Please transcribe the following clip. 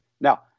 Now